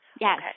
yes